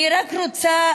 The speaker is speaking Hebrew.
אני רק רוצה